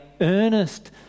earnest